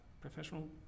professional